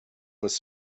was